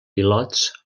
pilots